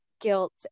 guilt